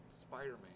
Spider-Man